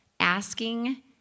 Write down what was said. asking